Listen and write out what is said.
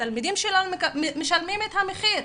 התלמידים שלנו משלמים את המחיר.